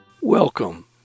Welcome